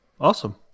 Awesome